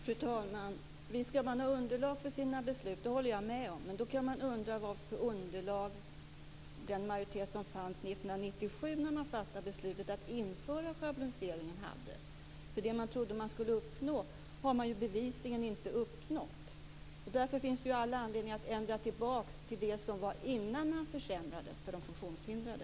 Fru talman! Visst skall man ha underlag för sina beslut, det håller jag med om. Men då kan man undra vilket underlag den majoritet hade som fanns 1997 när man fattade beslutet att införa schabloniseringen. Det man trodde att man skulle uppnå har man ju bevisligen inte uppnått. Därför finns det all anledning att ändra tillbaka till det som var innan man försämrade för de funktionshindrade.